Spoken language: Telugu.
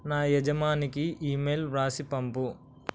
నా యజమానికి ఇమెయిల్ వ్రాసి పంపు